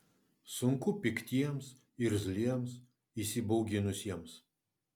sunku piktiems irzliems įsibauginusiems